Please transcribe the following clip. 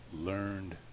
learned